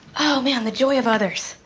oh man, the joy of others.